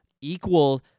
equal